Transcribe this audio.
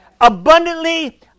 abundantly